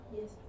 Yes